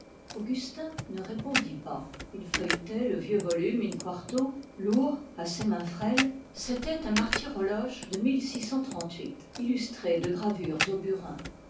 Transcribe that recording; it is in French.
augustin ne répondit pas il feuilletait le vieux volume inquarto lourd à ses mains frêles c'était un martyrologe de illustré de gravures au burin